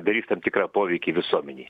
darys tam tikrą poveikį visuomenei